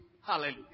Hallelujah